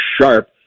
sharp